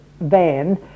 van